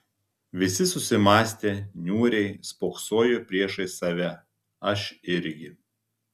visi susimąstę niūriai spoksojo priešais save aš irgi